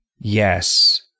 Yes